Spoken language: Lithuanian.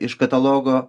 iš katalogo